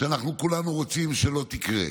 שאנחנו כולנו רוצים שלא תקרה,